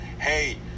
hey